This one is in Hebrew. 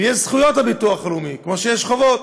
יש זכויות בביטוח הלאומי כמו שיש חובות,